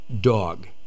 dog